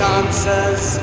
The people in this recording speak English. answers